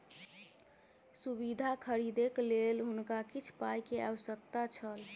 सुविधा खरीदैक लेल हुनका किछ पाई के आवश्यकता छल